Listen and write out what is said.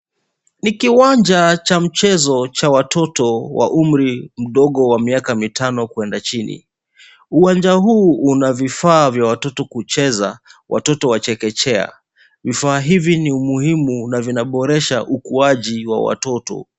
Ni kiwanja cha mchezo cha watoto wa umri mdogo wa miaka mitano kuenda chini, uwanja huu una vifaa vya watoto kucheza watoto wa chekechea. Vifaa hivi ni muhimu na vinaboresha ukuaji wa watoto.